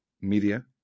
media